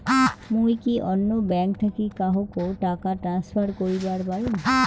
মুই কি অন্য ব্যাঙ্ক থাকি কাহকো টাকা ট্রান্সফার করিবার পারিম?